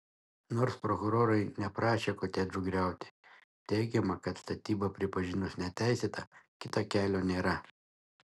nors prokurorai neprašė kotedžų griauti teigiama kad statybą pripažinus neteisėta kito kelio nėra